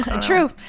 True